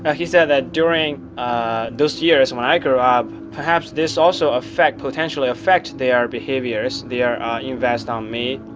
ah he said that during those years and when i grew up, perhaps this also affect potentially affect their behaviors, their invest on me